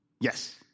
Yes